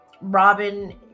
robin